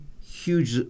huge